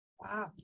Wow